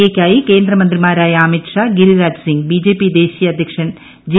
എക്കായി കേന്ദ്രമന്ത്രിമാരായ അമിത് ഷ്ടാഗിരിരാജ് സിംങ് ബിജെപി ദേശീയ അദ്ധ്യക്ഷൻ ജെ